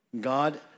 God